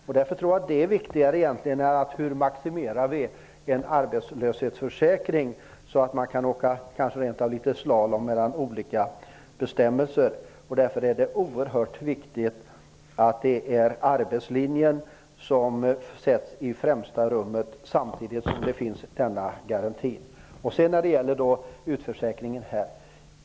Jag tror att det är viktigare att maximera en arbetslöshetsförsäkring så att det går att åka litet ''slalom'' mellan olika bestämmelser. Därför är det oerhört viktigt att arbetslinjen sätts i främsta rummet samtidigt som garantin finns. Vidare var det frågan om utförsäkringen.